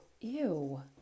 ew